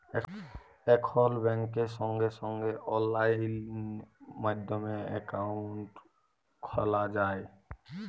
এখল ব্যাংকে সঙ্গে সঙ্গে অললাইন মাধ্যমে একাউন্ট খ্যলা যায়